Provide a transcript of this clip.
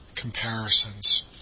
comparisons